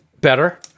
Better